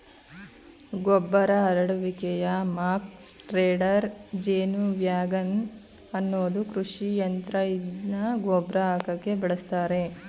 ಗೊಬ್ಬರ ಹರಡುವಿಕೆಯ muck spreader ಜೇನುವ್ಯಾಗನ್ ಅನ್ನೋದು ಕೃಷಿಯಂತ್ರ ಇದ್ನ ಗೊಬ್ರ ಹಾಕಕೆ ಬಳುಸ್ತರೆ